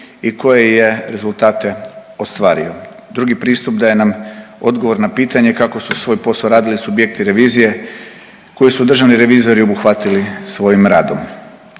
i koje je rezultate ostvario. Drugi pristup daje nam odgovor na pitanje kako su svoj posao radili subjekti revizije koje su državni revizori obuhvatili svojim radom.